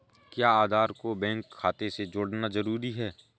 क्या आधार को बैंक खाते से जोड़ना जरूरी है?